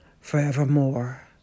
forevermore